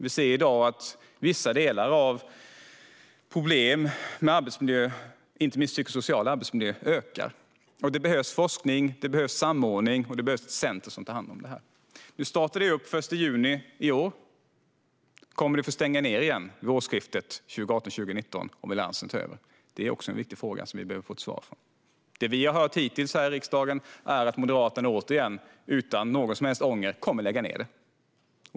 Vi ser i dag att vissa problem med arbetsmiljö, inte minst psykosocial arbetsmiljö, ökar. Det behövs forskning och samordning, och det behövs ett centrum som tar hand om det. Det startar den 1 juni i år. Kommer det att få stänga igen vid årsskiftet 2018/19 om Alliansen tar över? Det är också en viktig fråga som vi behöver få svar på. Det vi har hört hittills här i riksdagen är att Moderaterna återigen, utan någon som helst ånger, kommer att lägga ned det.